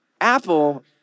Apple